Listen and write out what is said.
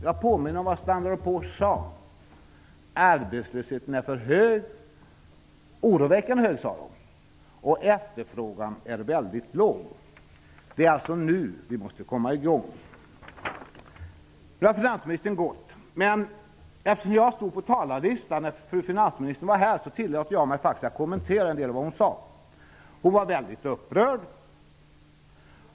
Jag påminner om vad Standard and Poors har sagt: Arbetslösheten är oroväckande hög och efterfrågan väldigt låg. Det är alltså nu som vi måste komma i gång. Finansministern har lämnat kammaren. Men eftersom jag stod på talarlistan när fru finansministern var här tillåter jag mig faktiskt att kommentera en del av vad hon sade. Hon var väldigt upprörd.